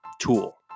tool